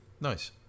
Nice